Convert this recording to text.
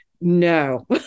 no